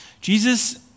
Jesus